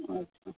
अच्छा